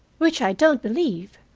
which i don't believe.